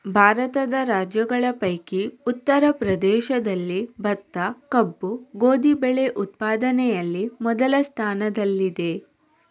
ಭಾರತದ ರಾಜ್ಯಗಳ ಪೈಕಿ ಉತ್ತರ ಪ್ರದೇಶದಲ್ಲಿ ಭತ್ತ, ಕಬ್ಬು, ಗೋಧಿ ಬೆಳೆ ಉತ್ಪಾದನೆಯಲ್ಲಿ ಮೊದಲ ಸ್ಥಾನದಲ್ಲಿದೆ